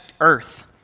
earth